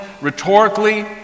rhetorically